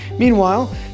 Meanwhile